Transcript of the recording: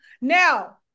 Now